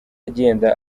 agenda